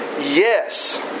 yes